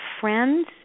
friends